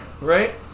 Right